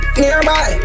nearby